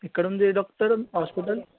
ఎక్కడ ఉంది doctor hospital